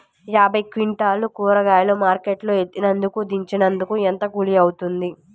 యాభై క్వింటాలు కూరగాయలు మార్కెట్ లో ఎత్తినందుకు, దించినందుకు ఏంత కూలి అవుతుంది?